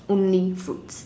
only fruits